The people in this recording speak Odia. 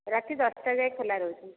ରାତି ଦଶଟା ଯାଏଁ ଖୋଲାରହୁଛି